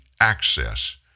access